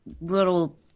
little